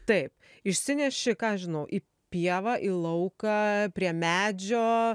taip išsineši ką žinau į pievą į lauką prie medžio